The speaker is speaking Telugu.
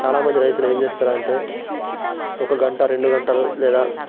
చాలా మంది రైతులు ఏం చేస్తారంటే ఒక గంట రెండు గంటలు లేదా